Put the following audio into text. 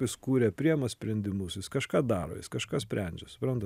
jis kuria priema sprendimus kažką daro jis kažką sprendžia suprantat